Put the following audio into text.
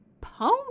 pony